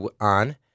on